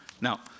Now